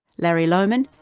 larry lohmann,